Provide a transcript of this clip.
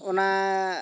ᱚᱱᱟ